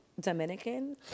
Dominican